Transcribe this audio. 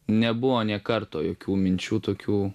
nebuvo nė karto jokių minčių tokių